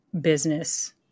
business